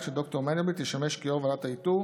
שד"ר מנדלבליט ישמש כיו"ר ועדת האיתור